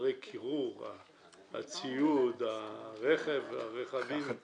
חדרי הקירור, הציוד, הרכבים, הכול ברמה.